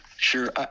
sure